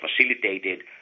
facilitated